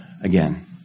again